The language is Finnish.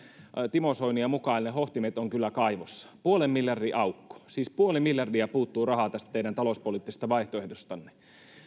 timo soinia mukaillen hohtimet ovat kyllä kaivossa puolen miljardin aukko siis puoli miljardia puuttuu rahaa tästä teidän talouspoliittisesta vaihtoehdostanne